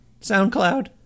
SoundCloud